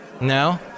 No